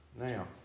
Now